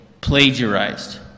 plagiarized